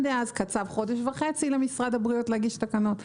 דאז קצב חודש וחצי למשרד הבריאות להגיש תקנות.